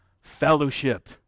Fellowship